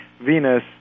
Venus